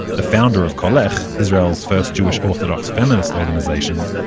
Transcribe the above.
the founder of kolech israel's first jewish orthodox feminist organization,